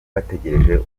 bategereje